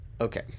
okay